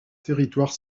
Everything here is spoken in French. territoire